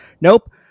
Nope